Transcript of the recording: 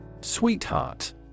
Sweetheart